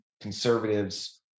conservatives